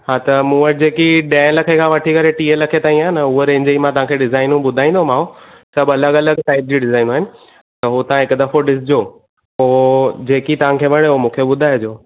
हा त मूं वटि जेकी ॾहें लखें खां वठी करे टीहें लखें ताईं आहे न हुअ रेन्ज ई मां तव्हांखे डिज़ाइनूं बुधाईंदोमांव सभु अलॻि अलॻि टाइप जी डिज़ाइनूं आहिनि त हूं तव्हां हिकु दफ़ो ॾिसिजो पोइ जेकी तव्हांखे वणेव मूंखे बुधाइजो